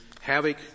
havoc